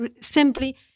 simply